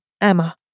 EMMA